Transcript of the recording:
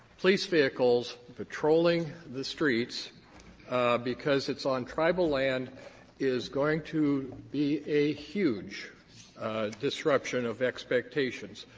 police vehicles patrolling the streets because it's on tribal land is going to be a huge disruption of expectations.